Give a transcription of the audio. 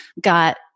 got